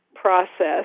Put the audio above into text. process